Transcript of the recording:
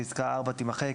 פסקה (4) תימחק.